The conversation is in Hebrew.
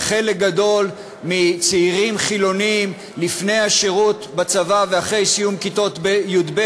שחלק גדול מצעירים חילונים לפני השירות בצבא ואחרי סיום כיתות י"ב